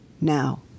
Now